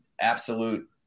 absolute